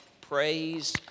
praise